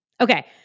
Okay